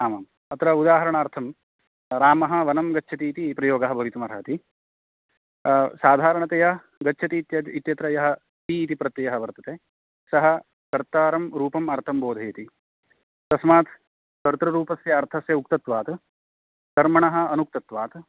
आमाम् अत्र उदाहरणार्थं रामः वनं गच्छति इति प्रयोगः भवितुमर्हति साधारणतया गच्छति इत्यादि इत्यत्र यः ति इति प्रत्ययः वर्तते सः कर्तारं रूपम् अर्थं बोधयति तस्मात् कर्तृरूपस्य अर्थस्य उक्तत्वात् कर्मणः अनुक्तत्वात्